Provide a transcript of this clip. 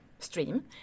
Stream